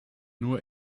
nur